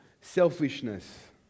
Selfishness